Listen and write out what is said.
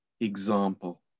example